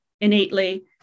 innately